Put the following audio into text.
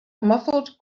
muffled